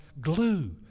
glue